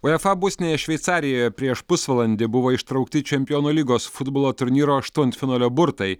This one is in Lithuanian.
uefa būstinėje šveicarijoje prieš pusvalandį buvo ištraukti čempionų lygos futbolo turnyro aštuntfinalio burtai